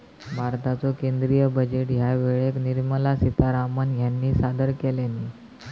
भारताचो केंद्रीय बजेट ह्या वेळेक निर्मला सीतारामण ह्यानी सादर केल्यानी